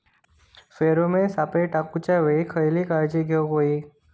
Pheromone सापळे टाकूच्या वेळी खयली काळजी घेवूक व्हयी?